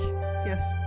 yes